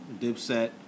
Dipset